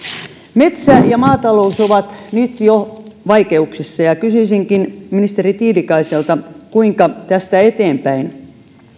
metsä ja ja maatalous ovat nyt jo vaikeuksissa ja kysyisinkin ministeri tiilikaiselta kuinka tästä eteenpäin